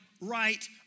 right